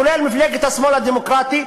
כולל מפלגת השמאל הדמוקרטי,